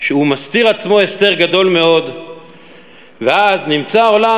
שהוא מסתיר עצמו הסתר גדול מאוד ואז נמצא העולם